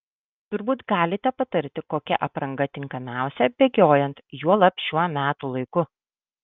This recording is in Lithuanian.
turbūt galite patarti kokia apranga tinkamiausia bėgiojant juolab šiuo metų laiku